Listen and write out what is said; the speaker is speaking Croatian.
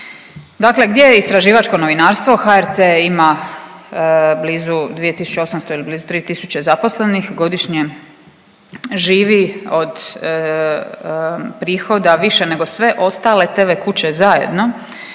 Dakle, gdje je istraživačko novinarstvo HRT ima blizu 2800 ili blizu 3000 zaposlenih. Godišnje živi od prihoda više nego sve ostale tv kuće zajedno.